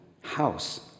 house